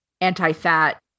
anti-fat